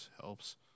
helps